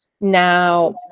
Now